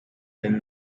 than